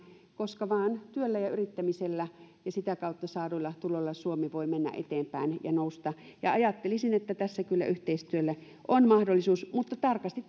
koska vain työllä ja yrittämisellä ja sitä kautta saaduilla tuloilla suomi voi mennä eteenpäin ja nousta ja ajattelisin että tässä kyllä yhteistyölle on mahdollisuus mutta tarkasti